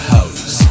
House